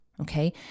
Okay